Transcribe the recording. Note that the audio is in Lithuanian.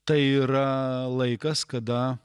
tai yra laikas kada